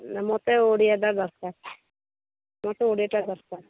ମୋତେ ଓଡ଼ିଆଟା ଦରକାର ମୋତେ ଓଡ଼ିଆଟା ଦରକାର